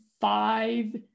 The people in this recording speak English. five